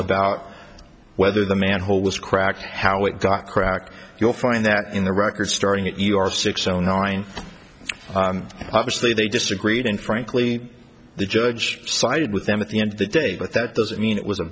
about whether the manhole was cracked how it got cracked you'll find that in the records starting at six o nine obviously they disagreed and frankly the judge sided with them at the end of the day but that doesn't mean it was a